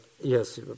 yes